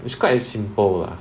it's quite simple lah